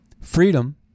freedom